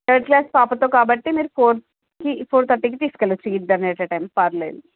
third class పాపతో కాబట్టి మీరు ఫోర్కి ఫోర్ థర్టీకి తీసుకెళ్లొచ్చు ఇద్దరిని అట్ ఏ టైం పర్లేదు